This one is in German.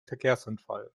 verkehrsunfall